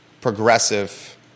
progressive